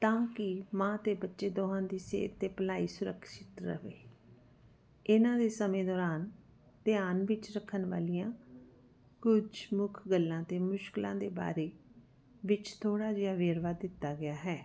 ਤਾਂ ਕਿ ਮਾਂ ਅਤੇ ਬੱਚੇ ਦੋਵਾਂ ਦੀ ਸਿਹਤ ਅਤੇ ਭਲਾਈ ਸੁਰੱਖਿਤ ਰਵੇ ਇਹਨਾਂ ਦੇ ਸਮੇਂ ਦੌਰਾਨ ਧਿਆਨ ਵਿੱਚ ਰੱਖਣ ਵਾਲੀਆਂ ਕੁਝ ਮੁੱਖ ਗੱਲਾਂ ਅਤੇ ਮੁਸ਼ਕਿਲਾਂ ਦੇ ਬਾਰੇ ਵਿੱਚ ਥੋੜ੍ਹਾ ਜਿਹਾ ਵੇਰਵਾ ਦਿੱਤਾ ਗਿਆ ਹੈ